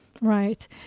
Right